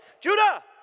Judah